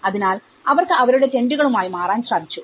അതിനാൽ അവർക്ക് അവരുടെ ടെന്റുകളുമായി മാറാൻ സാധിച്ചു